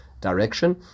direction